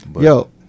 Yo